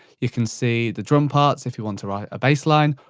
you can see the drum parts if you want to write a bassline,